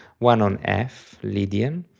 one on f, lydian,